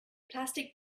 plastic